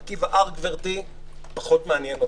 מרכיב האב פחות מעניין אותי.